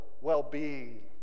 well-being